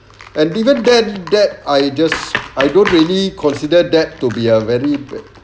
and even then that I just I don't really consider that to be a very